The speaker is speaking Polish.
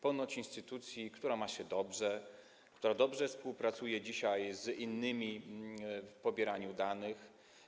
Ponoć instytucji, która ma się dobrze, która dobrze współpracuje dzisiaj z innymi w pobieraniu danych.